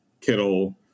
Kittle